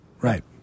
Right